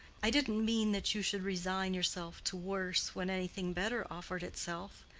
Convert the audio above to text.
i didn't mean that you should resign yourself to worse when anything better offered itself.